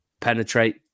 penetrate